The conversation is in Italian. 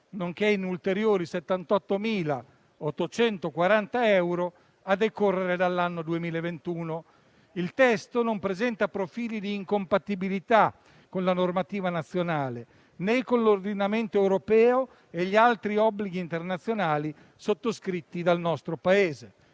nonché in ulteriori 78.840 euro, a decorrere dall'anno 2021. Il testo non presenta profili di incompatibilità con la normativa nazionale, né con l'ordinamento europeo e gli altri obblighi internazionali sottoscritti dal nostro Paese.